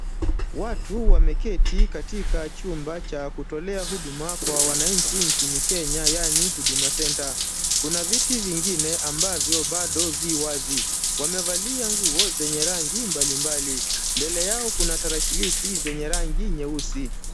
Watu wameketi katika chumba cha kutolea huduma kwa wananchi nchini Kenya yaani Huduma Centre. Kuna viti vingine ambavyo bado viwazi. Wamevalia nguo zenye rangi mbalimbali. Mbele yao kuna tarakilishi zenye rangi nyeusi.